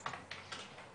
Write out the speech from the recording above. יפגע.